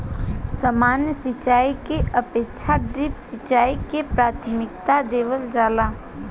सामान्य सिंचाई के अपेक्षा ड्रिप सिंचाई के प्राथमिकता देवल जाला